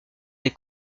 des